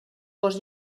gos